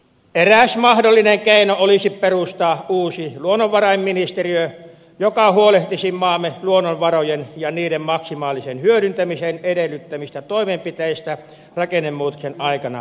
eräs mahdollinen keino olisi perustaa uusi luonnonvarainministeriö joka huolehtisi maamme luonnonvarojen ja niiden maksimaalisen hyödyntämisen edellyttämistä toimenpiteistä rakennemuutoksen aikana ja sen jälkeen